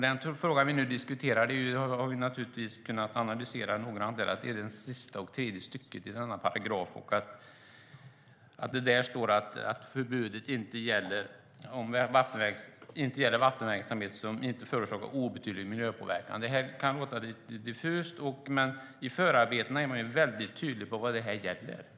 Den fråga vi nu diskuterar har vi naturligtvis kunnat analysera noggrant. Den rör det tredje och sista stycket i denna paragraf. Där står det att förbudet inte gäller vattenverksamhet som förorsakar endast obetydlig miljöpåverkan. Detta kan låta lite diffust, men i förarbetena är man väldigt tydlig med vad detta gäller.